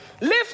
Lift